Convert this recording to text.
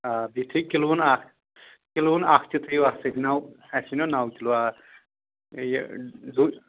آ بیٚیہِ تھٲیِو کِلوُن اکھ کِلوُن اکھ تہِ تھٲیِو اَتھ سۭتۍ نَو آسہِ چھِ نا نَو کِلوٗ آ یہِ